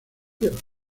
tierra